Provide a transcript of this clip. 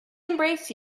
embrace